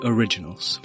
Originals